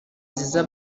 ziza